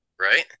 right